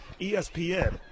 ESPN